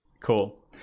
Cool